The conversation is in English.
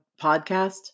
podcast